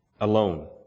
Alone